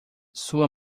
sua